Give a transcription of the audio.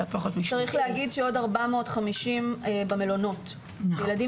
צריך להגיד שעוד 450 נמצאים במלונות וילדים